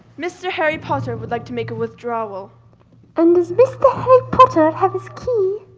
mr. harry potter would like to make a withdrawal. and does mr. harry potter have his key?